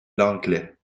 langlet